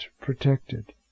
protected